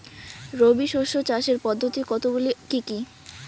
রবি শস্য চাষের পদ্ধতি কতগুলি কি কি?